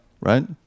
Right